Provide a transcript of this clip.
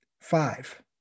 Five